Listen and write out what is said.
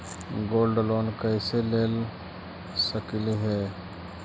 Gold loan कैसे ले सकली हे?